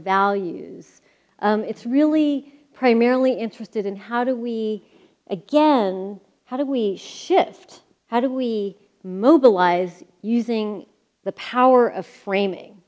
values it's really primarily interested in how do we again how do we shift how do we mobilize using the power of framing